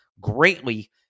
greatly